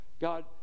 God